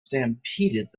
stampeded